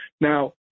Now